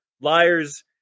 liars